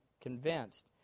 convinced